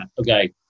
okay